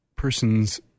person's